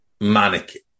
manic